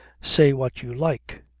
say what you like,